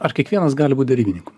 ar kiekvienas gali būt derybininku